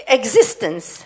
existence